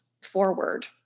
forward